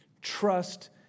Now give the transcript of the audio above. Trust